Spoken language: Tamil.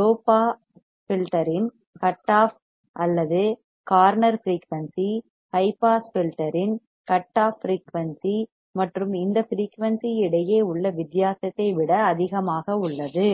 லோ பாஸ் ஃபில்டர்யின் கட் ஆஃப் அல்லது corner frequency high pass filter இன் கட் ஆஃப் ஃபிரீயூன்சி மற்றும் இந்த ஃபிரீயூன்சி இடையே உள்ள வித்தியாசத்தை விட அதிகமாக உள்ளது